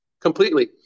completely